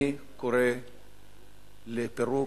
אני קורא לפרק